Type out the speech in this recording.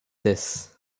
this